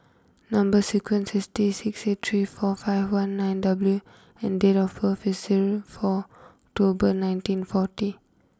number sequence is T six eight three four five one nine W and date of birth is zero four October nineteen forty